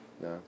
No